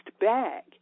bag